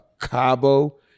Cabo